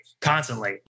constantly